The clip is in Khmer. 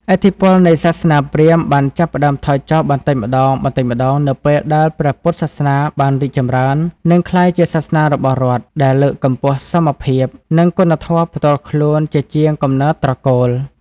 ឥទ្ធិពលនៃសាសនាព្រាហ្មណ៍បានចាប់ផ្តើមថយចុះបន្តិចម្តងៗនៅពេលដែលព្រះពុទ្ធសាសនាបានរីកចម្រើន និងក្លាយជាសាសនារបស់រដ្ឋ ដែលលើកកម្ពស់សមភាព និងគុណធម៌ផ្ទាល់ខ្លួនជាជាងកំណើតត្រកូល។